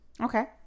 Okay